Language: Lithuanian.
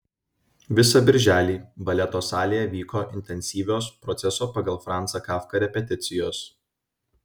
visą birželį baleto salėje vyko intensyvios proceso pagal franzą kafką repeticijos